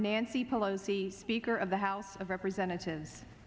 nancy pelosi speaker of the house of representatives